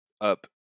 up